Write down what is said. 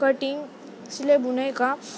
cutting सिलाइ बुनाइ काम